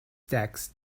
text